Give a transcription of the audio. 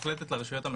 אני מאמין שנחזור אליך.